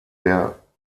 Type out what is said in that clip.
der